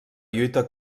lluita